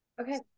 Okay